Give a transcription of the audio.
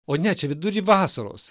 o ne čia vidury vasaros